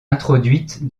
introduite